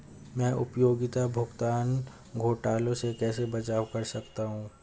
मैं उपयोगिता भुगतान घोटालों से कैसे बचाव कर सकता हूँ?